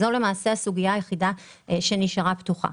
כי זאת הסוגיה היחידה שנשארה פתוחה.